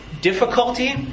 Difficulty